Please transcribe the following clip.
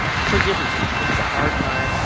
forgive yourself. this is a hard time.